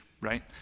right